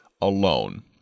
alone